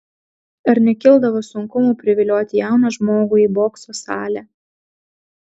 ar nekildavo sunkumų privilioti jauną žmogų į bokso salę